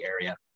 area